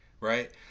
right